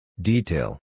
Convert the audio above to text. Detail